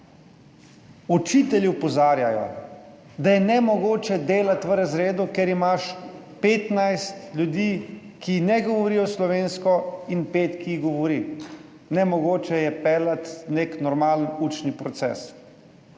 Učitelji opozarjajo, da je nemogoče delati v razredu, kjer imaš 15 ljudi, ki ne govorijo slovensko, in pet, ki jih govori. Nemogoče je peljati nek normalen učni proces.